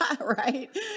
Right